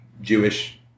Jewish